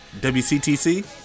WCTC